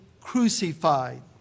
crucified